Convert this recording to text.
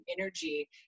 energy